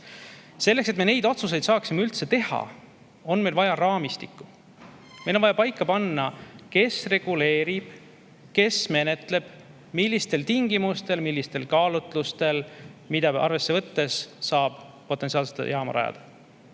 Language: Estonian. Selleks, et me neid otsuseid saaksime üldse teha, on meil vaja raamistikku. Meil on vaja paika panna, kes reguleerib, kes menetleb, millistel tingimustel, millistel kaalutlustel, mida arvesse võttes saab potentsiaalselt jaama rajada.